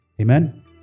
Amen